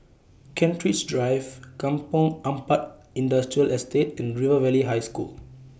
Kent Ridge Drive Kampong Ampat Industrial Estate and River Valley High School